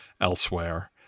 elsewhere